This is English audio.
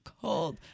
Cold